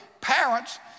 parents